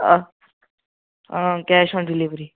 آ آ cash on delivery